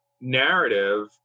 narrative